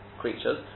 creatures